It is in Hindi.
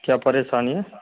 क्या परेशानी है